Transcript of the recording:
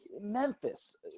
Memphis